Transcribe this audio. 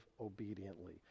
obediently